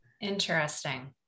Interesting